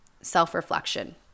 self-reflection